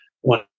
one